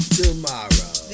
tomorrow